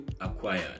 acquired